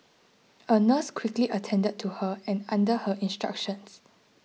a nurse quickly attended to her and under her instructions